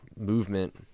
movement